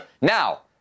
Now